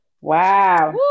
wow